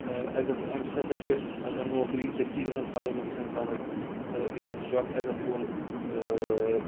عزتھ امہِ سۭتۍ ہسا چھِ پگن نوکری دٔستی گژھان فرٲہم أکِس اِنسانَس تہٕ یہِ ہسا چھُ اکھ عزت وول اۭں